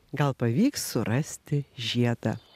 gal pavyks surasti žiedą